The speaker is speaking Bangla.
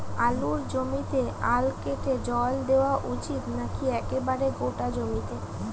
আলুর জমিতে আল কেটে জল দেওয়া উচিৎ নাকি একেবারে গোটা জমিতে?